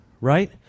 Right